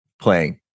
playing